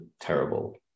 terrible